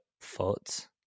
foot